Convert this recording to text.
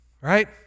Right